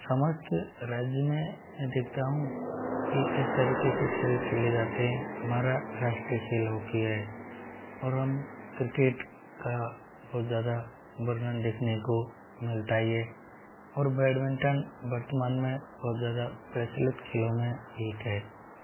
समस्त राज्य में नैतिकताओं की इस तरीके के खेल खेले जाते हैं हमारा राष्ट्रीय खेल हॉकी है और हम क्रिकेट का बहुत ज़्यादा वर्णन देखने को मिलता ही है और बेटमिंटन वर्तमान में बहुत ज़्यादा प्रचलित खेलों में एक है